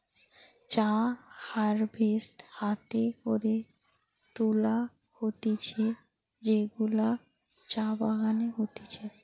চা হারভেস্ট হাতে করে তুলা হতিছে যেগুলা চা বাগানে হতিছে